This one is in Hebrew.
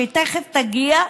שהיא תכף תגיע,